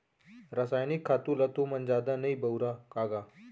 रसायनिक खातू ल तुमन जादा नइ बउरा का गा?